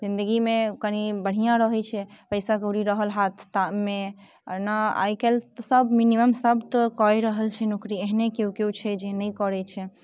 जिन्दगी मे कनि बढ़िऑं रहै छै पैसा कौड़ी रहल हाथ मे ने आइ कल्हि तऽ सभ मिनिमम सभ तऽ कए रहल छै नौकरी एहने केओ केओ छै जे नहि करै छै